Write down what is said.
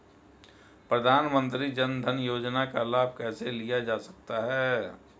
प्रधानमंत्री जनधन योजना का लाभ कैसे लिया जा सकता है?